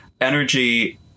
Energy